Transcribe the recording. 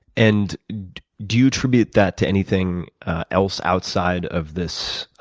and do you attribute that to anything else outside of this